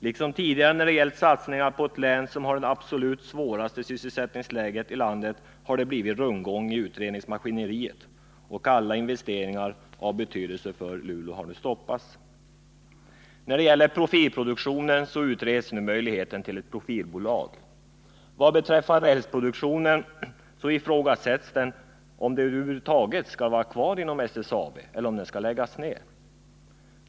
Liksom tidigare när det gällt satsningar på det län som har det absolut svåraste sysselsättningsläget i landet har det blivit rundgång i utredningsmaskineriet, och alla investeringar av betydelse för Luleå har nu stoppats. När det gäller profilproduktionen utreds nu möjligheten till ett profilbolag, och vad beträffar rälsproduktionen ifrågas om den över huvud taget skall vara kvar inom SSAB eller om den skall läggas ner.